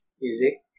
Music